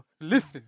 Listen